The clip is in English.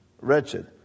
wretched